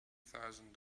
thousand